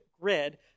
grid